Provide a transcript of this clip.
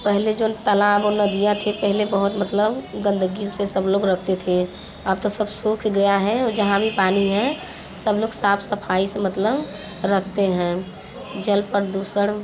पहले जो तलाब और नदियाँ थी पहले बहुत मतलब गंदगी से सब लोग रखते थे अब तो सब सूख गया है और जहाँ भी पानी है सब लोग साफ़ सफ़ाई से मतलब रखते हैं जल प्रदूषण